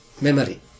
memory